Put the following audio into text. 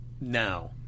now